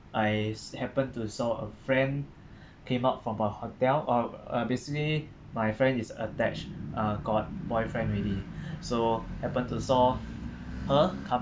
I happened to saw a friend came out from a hotel uh uh basically my friend is attached uh got boyfriend already so happen to saw her